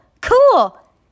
Cool